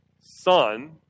son